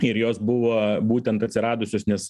ir jos buvo būtent atsiradusios nes